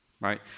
Right